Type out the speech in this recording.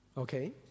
Okay